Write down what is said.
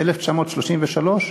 ב-1933,